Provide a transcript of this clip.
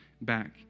back